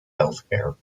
healthcare